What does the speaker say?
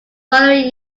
following